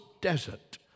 desert